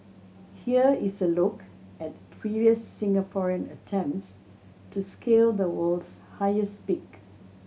here is a look at previous Singaporean attempts to scale the world's highest peak